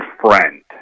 friend